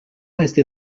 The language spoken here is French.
rester